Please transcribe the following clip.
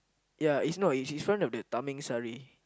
ya is not it's one of the Tamingsari